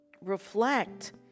reflect